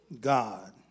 God